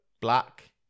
black